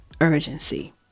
urgency